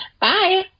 Bye